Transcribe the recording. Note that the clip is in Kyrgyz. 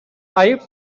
айып